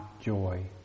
joy